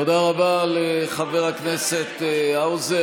תודה רבה לחבר הכנסת האוזר.